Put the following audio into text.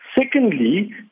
Secondly